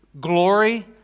glory